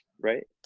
right